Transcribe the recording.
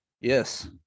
Yes